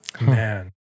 Man